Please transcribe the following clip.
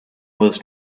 was